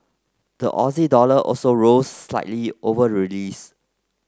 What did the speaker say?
the Aussie dollar also rose slightly over release